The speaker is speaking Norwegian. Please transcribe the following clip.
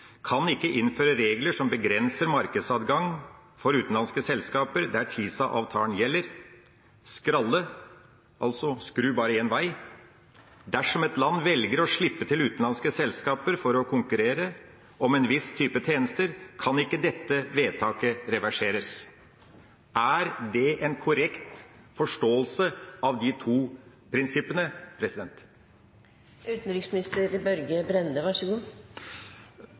ikke kan innføres regler som begrenser markedsadgang for utenlandske selskaper der TISA-avtalen gjelder, og «skralle» – altså å skru bare én vei – at dersom et land velger å slippe til utenlandske selskaper for å konkurrere om en viss type tjenester, kan ikke dette vedtaket reverseres. Er det en korrekt forståelse av de to prinsippene?